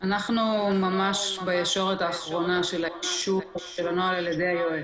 אנחנו ממש בישורת האחרונה של האישור על ידי היועץ.